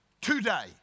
today